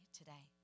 today